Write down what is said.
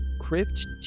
crypt